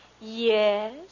Yes